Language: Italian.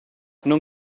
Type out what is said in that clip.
non